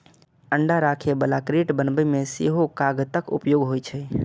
अंडा राखै बला क्रेट बनबै मे सेहो कागतक उपयोग होइ छै